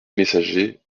messager